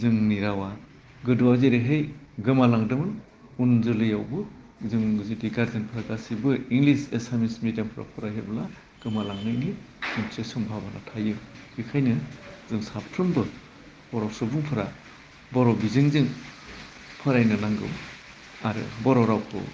जोंनि रावा गोदोआव जेरैहाय गोमालांदोंमोन उन जोलैयावबो जों जुदि गारजेनफोरा गासैबो इंलिस एसामिस मेदियामफोराव फरायहोयोब्ला गोमा लांनायनि मोनसे समभाबना थायो बिखायनो जों साफ्रोमबो बर' सुबुंफोरा बर' बिजोंजों फरायनो नांगौ आरो बर' रावखौ